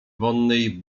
wonnej